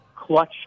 clutch